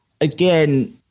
Again